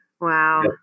Wow